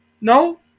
No